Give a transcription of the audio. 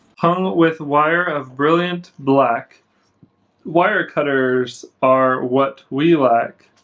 hung with wire of brilliant black wire cutters are what we like